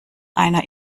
einer